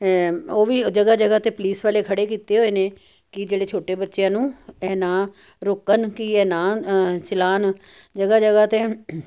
ਉਹ ਵੀ ਉਹ ਜਗ੍ਹਾ ਜਗ੍ਹਾ 'ਤੇ ਪੁਲਿਸ ਵਾਲੇ ਖੜ੍ਹੇ ਕੀਤੇ ਹੋਏ ਨੇ ਕਿ ਜਿਹੜੇ ਛੋਟੇ ਬੱਚਿਆਂ ਨੂੰ ਇਹ ਨਾ ਰੋਕਣ ਕਿ ਇਹ ਨਾ ਚਲਾਉਣ ਜਗ੍ਹਾ ਜਗ੍ਹਾ 'ਤੇ